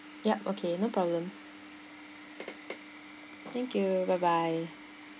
yup okay no problem thank you bye bye